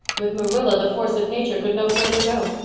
with marilla the force of nature could no further go.